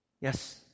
Yes